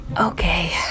Okay